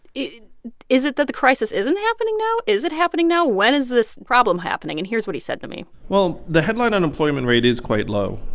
is it that the crisis isn't happening now? is it happening now? when is this problem happening? and here's what he said to me well, the headline unemployment rate is quite low.